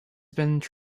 since